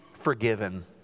forgiven